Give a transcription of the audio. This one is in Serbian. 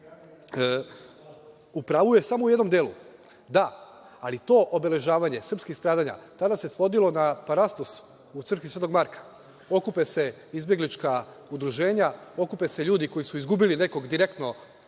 u pravu je samo u jednom delu. Da, ali to obeležavanje srpskih stradanja tada se svodilo na parastos u crkvi Svetog Marka, okupe se izbeglička udruženja, okupe se ljudi koji su izgubili nekog direktno